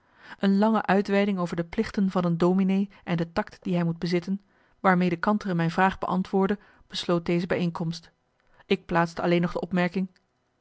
een lange uitweiding over de plichten van een dominee en de takt die hij moet bezitten waarmee de kantere mijn vraag beantwoordde besloot deze bijeenkomst ik plaatste alleen nog de opmerking